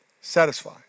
satisfy